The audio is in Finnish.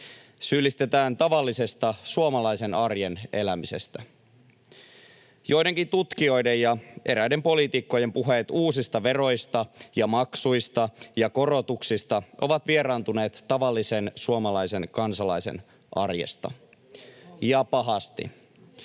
syyllistetään tavallisesta suomalaisen arjen elämisestä. Joidenkin tutkijoiden ja eräiden poliitikkojen puheet uusista veroista ja maksuista ja korotuksista ovat vieraantuneet tavallisen suomalaisen kansalaisen arjesta ja pahasti.